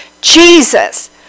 Jesus